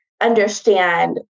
understand